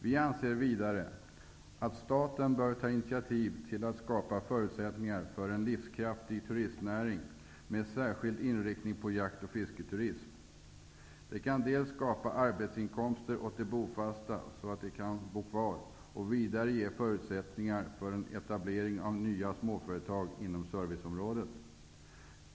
Vi anser vidare att staten bör ta initiativ till att skapa förutsättningar för en livskraftig turistnäring med särskild inriktning på jakt och fisketurism. Det kan dels skapa arbetsinkomster åt de bofasta så att de kan bo kvar, dels ge förutsättningar för en etablering av nya småföretag inom serviceområdet.